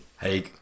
Hey